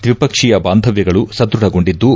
ದ್ವಿಪಕ್ಷೀಯ ಬಾಂಧವ್ಲಗಳು ಸದ್ವಢಗೊಂಡಿದ್ದು